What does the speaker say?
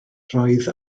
roedd